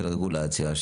של רגולציה,